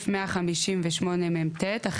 זה משהו שצריכים לחשוב עליו,